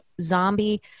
Zombie